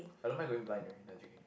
I don't mind going blind right no J_K